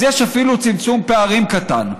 אז יש אפילו צמצום פערים קטן.